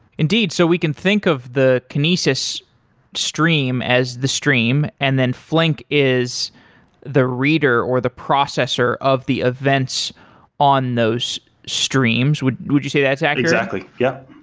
indeed. so we can think of the kinesis stream as the stream, and then flink is the reader or the processor of the events on those streams. would would you say that's accurate? exactly. yeah.